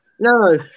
No